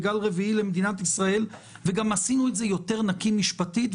עשינו את זה יותר נקי משפטית,